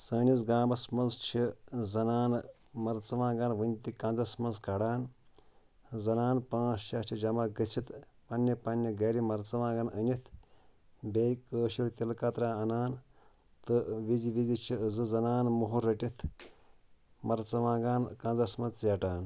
سٲنِس گامَس منٛز چھِ زَنانہٕ مَرژٕوانٛگَن وٕنہِ تہِ کَنٛزَس منٛز کَڑان زَنان پانٛژھ شےٚ چھِ جمع گٔژھِتھ پنٛنہِ پنٛنہِ گَرِ مَرژٕوانٛگَن أنِتھ بیٚیہِ کٲشُر تِلہٕ کَترہ اَنان تہٕ وِزِ وِزِ چھِ زٕ زَنان موہر رٔٹِتھ مَرژٕوانٛگَن کَنٛزَس منٛز ژیٹان